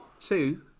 two